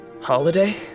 Holiday